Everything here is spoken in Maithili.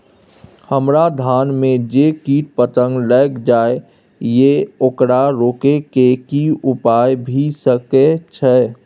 हमरा धान में जे कीट पतंग लैग जाय ये ओकरा रोके के कि उपाय भी सके छै?